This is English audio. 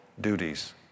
duties